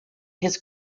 his